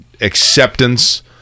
acceptance